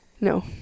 No